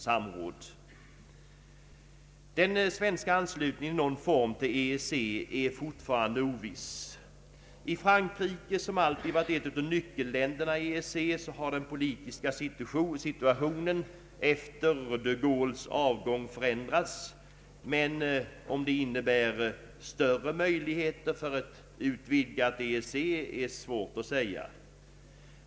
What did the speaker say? Den svenska anslutningen i någon form till EEC är fortfarande oviss. I Frankrike, som alltid varit ett av nyckelländerna inom EEC, har den politiska situationen efter de Gaulles avgång förändrats, men om det innebär större möjligheter för ett utvidgat EEC är svårt att säga.